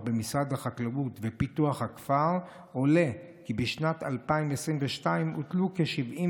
במשרד החקלאות ופיתוח הכפר עולה כי בשנת 2022 הוטלו כ-79